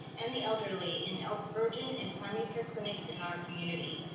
and the elderly in both urgent and primary care clinics in our community.